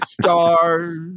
stars